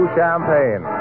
Champagne